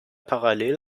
parallel